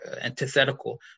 antithetical